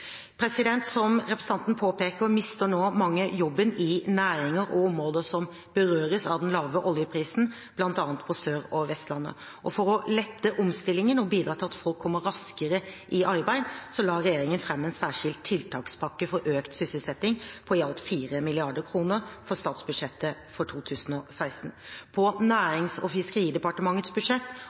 Som representanten påpeker, mister nå mange jobben i næringer og områder som berøres av den lave oljeprisen, bl.a. på Sør- og Vestlandet. For å lette omstillingen og bidra til at folk kommer raskere i arbeid, la regjeringen fram en særskilt tiltakspakke for økt sysselsetting på i alt 4 mrd. kr i statsbudsjettet for 2016. På Nærings- og fiskeridepartementets budsjett